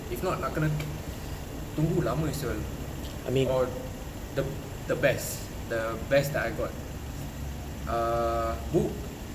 if not nak kena tunggu lama [siol] or the the best the best that I got uh book